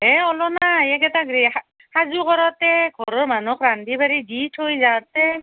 এইকেইটাক সাজু কৰোঁতে ঘৰৰ মানুহক ৰান্ধি বাঢ়ি দি থৈ যাওঁতে